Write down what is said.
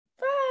Bye